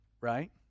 right